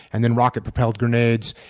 and then rocket propelled grenades,